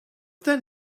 then